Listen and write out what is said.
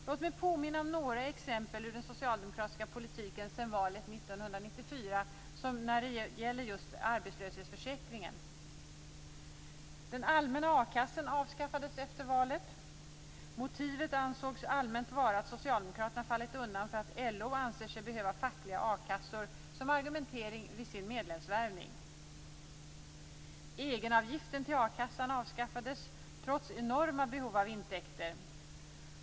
Låt mig påminna om några exempel ur den socialdemokratiska politiken sedan valet 1994 när det gäller just arbetslöshetsförsäkringen. Motivet ansågs allmänt vara att socialdemokraterna fallit undan för att LO anser sig behöva fackliga a-kassor som argument vid sin medlemsvärvning. · Egenavgiften till a-kassan avskaffades, trots enorma behov av intäkter.